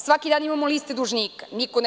Svaki dan imamo liste dužnika, niko ne